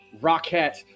rocket